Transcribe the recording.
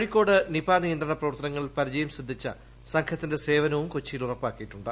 കോഴിക്കോട് നിപ നിയന്ത്രണ പ്രവർത്തനങ്ങളിൽ പരിചയം സിദ്ധിച്ച സംഘത്തിന്റെ സേവനവും കൊച്ചിയിൽ ഉറപ്പാക്കിയിട്ടുണ്ട്